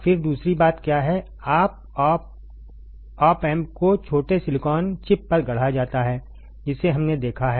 फिर दूसरी बात क्या है ऑप एम्प को छोटे सिलिकॉन चिप पर गढ़ा जाता है जिसे हमने देखा है